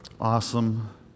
awesome